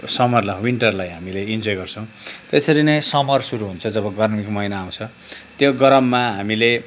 समरलाई विन्टरलाई हामीले इन्जोय गर्छौँ त्यसरी नै समर सुरु हुन्छ जब गर्मीको महिना आउँछ त्यो गरममा हामीले